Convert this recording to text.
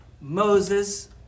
Moses